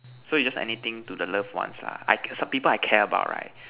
so you just anything to the loved ones lah I people I care about right